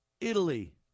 Italy